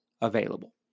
available